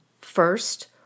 first